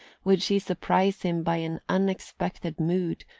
would she surprise him by an unexpected mood,